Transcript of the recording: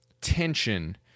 tension